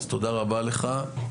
תודה רבה לך.